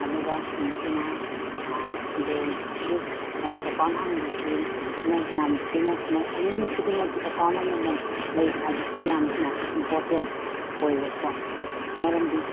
ꯑꯗꯨꯒ ꯑꯩꯈꯣꯏꯅ ꯕꯦꯡꯒꯤ ꯑꯦꯀꯥꯎꯟ ꯍꯥꯡꯕꯁꯤꯅ ꯌꯥꯝ ꯊꯤꯅ ꯃꯤ ꯈꯨꯗꯤꯡꯃꯛꯀꯤ ꯑꯦꯀꯥꯎꯟ ꯑꯃꯃꯝ ꯂꯩꯕ ꯍꯥꯏꯕꯁꯤ ꯌꯥꯝꯅ ꯏꯝꯄꯣꯔꯇꯦꯟ ꯑꯣꯏꯕꯀꯣ ꯃꯔꯝꯗꯤ